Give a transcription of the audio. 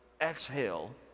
exhale